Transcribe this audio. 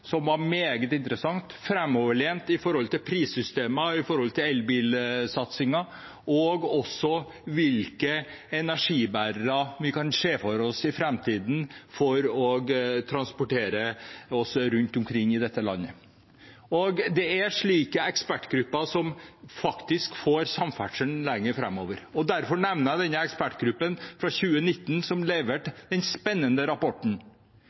hvilke energibærere vi i framtiden kan se for oss at transporterer oss rundt omkring i dette landet. Det er slike ekspertgrupper som får samferdselen lenger framover. Derfor nevner jeg denne ekspertgruppen fra 2019, som leverte en spennende